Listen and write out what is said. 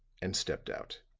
and stepped out.